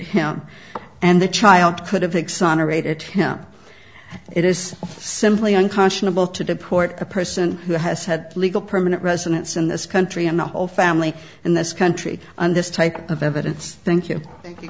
him and the child could have exonerated him it is simply unconscionable to deport a person who has had legal permanent residence in this country and the whole family in this country on this type of evidence thank you thank you